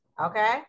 okay